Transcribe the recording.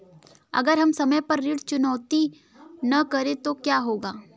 अगर हम समय पर ऋण चुकौती न करें तो क्या होगा?